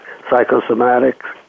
psychosomatics